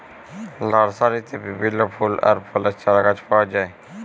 লার্সারিতে বিভিল্য ফুল আর ফলের চারাগাছ পাওয়া যায়